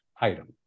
item